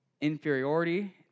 inferiority